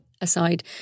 aside